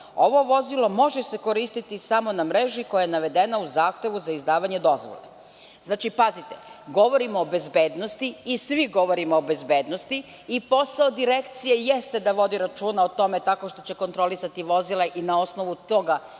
Ovo vozilo može se koristiti samo na mreži koja je navedena u zahtevu za izdavanje dozvole.“. Govorimo o bezbednosti i svi govorimo o bezbednosti i posao Direkcije jeste da vodi računa o tome tako što će kontrolisati vozila i na osnovu toga